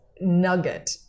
Nugget